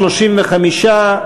35,